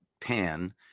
pan